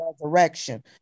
resurrection